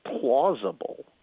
plausible